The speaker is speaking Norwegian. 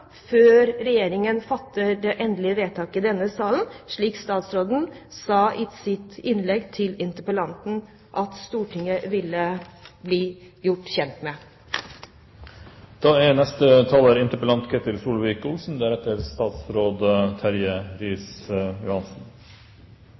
før Regjeringen fatter det endelige vedtaket i denne salen, slik statsråden sa i sitt innlegg til interpellanten at Stortinget ville bli gjort kjent med. Jeg er